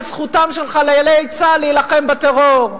על זכותם של חיילי צה"ל להילחם בטרור.